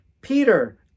peter